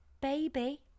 baby